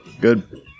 Good